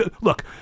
Look